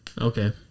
Okay